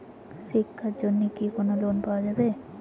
শিক্ষার জন্যে কি কোনো লোন পাওয়া যাবে?